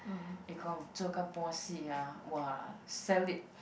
eh gong 这个 puo xi ah !wah! sell it